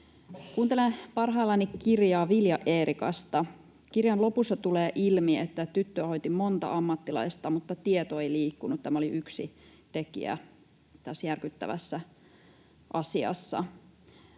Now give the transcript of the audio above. Kuuntelen parhaillani kirjaa Vilja Eerikasta. Kirjan lopussa tulee ilmi, että tyttöä hoiti monta ammattilaista, mutta tieto ei liikkunut. Tämä oli yksi tekijä tässä järkyttävässä asiassa.